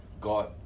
God